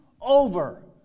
over